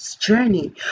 journey